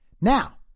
Now